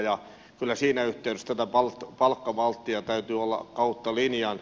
kyllä siinä yhteydessä tätä palkkamalttia täytyy olla kautta linjan